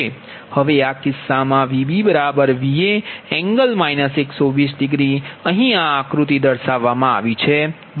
હવે આ કિસ્સામાં VbVa∠ 120 અહીં આ આક્રુતિ દર્શાવવામા આવી છે